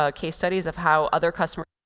ah case studies of how other customers